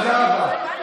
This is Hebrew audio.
תסתכל על הלוח.